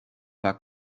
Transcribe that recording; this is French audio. pas